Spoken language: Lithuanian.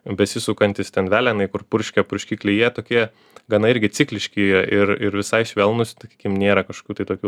besisukantys ten velenai kur purškia purškikliai jie tokie gana irgi cikliški jie ir ir visai švelnūs sakykim nėra kažkokių tai tokių